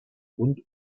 und